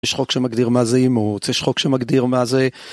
יש חוק שמגדיר מה זה אימוץ, יש חוק שמגדיר מה זה...